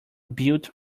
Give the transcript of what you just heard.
built